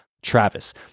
Travis